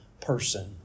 person